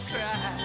Cry